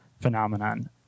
phenomenon